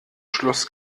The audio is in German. schluss